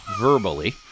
verbally